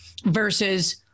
versus